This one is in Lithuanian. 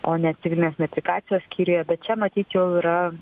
o ne civilinės metrikacijos skyriuje bet čia matyt jau yra